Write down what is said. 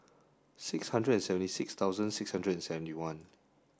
six hundred and seventy six thousand six hundred seventy one